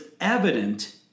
evident